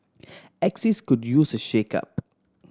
axis could use a shakeup